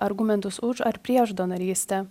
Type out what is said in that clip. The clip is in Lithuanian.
argumentus už ar prieš donorystę